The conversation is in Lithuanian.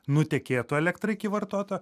nutekėtų elektra iki vartotojo